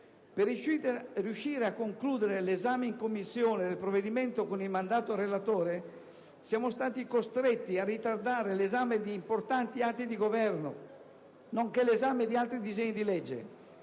Per riuscire a concludere l'esame del provvedimento in Commissione con il mandato al relatore siamo stati costretti a ritardare l'esame di importanti atti di Governo nonché l'esame di altri disegni di legge.